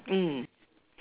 mm